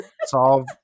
solve